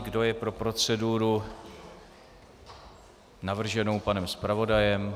Kdo je pro proceduru navrženou panem zpravodajem?